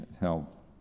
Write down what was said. help